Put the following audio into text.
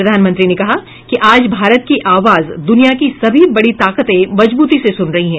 प्रधानमंत्री ने कहा कि आज भारत की आवाज दूनिया की सभी बड़ी ताकतें मजबूती से सुन रही है